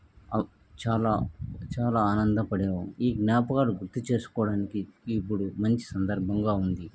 చాలా చాలా ఆనందపడేవారు ఈ జ్ఞాపకాలు గుర్తు చేసుకోవడానికి ఇప్పుడు మంచి సందర్భంగా ఉంది